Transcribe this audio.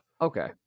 Okay